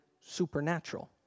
supernatural